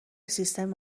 سیستم